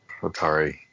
Atari